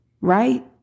right